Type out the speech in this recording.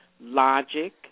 Logic